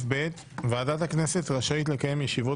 (ב)ועדת הכנסת רשאית לקיים ישיבות